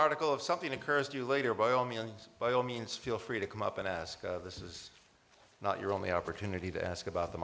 article of something occurs to you later by all means by all means feel free to come up and ask this is not your only opportunity to ask about the